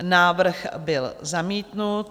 Návrh byl zamítnut.